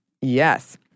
Yes